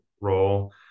role